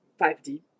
5D